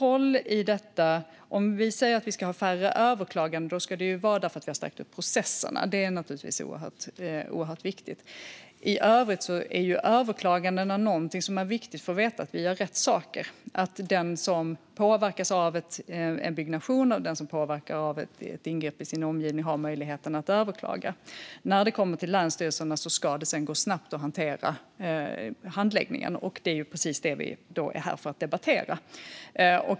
Om vi ska ha färre överklaganden i detta måste det vara för att vi har stärkt upp processerna. Det är naturligtvis viktigt. I övrigt är överklagandena viktiga för att vi ska få veta att vi gör rätt saker. Den som påverkas av en byggnation eller ett ingrepp i sin omgivning har möjlighet att överklaga. När det kommer till länsstyrelserna ska det sedan gå snabbt att handlägga överklagandena. Det är ju detta vi är här för att debattera.